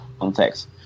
context